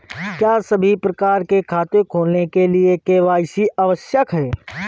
क्या सभी प्रकार के खाते खोलने के लिए के.वाई.सी आवश्यक है?